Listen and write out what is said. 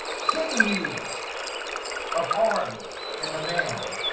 sing muse of arms and the man.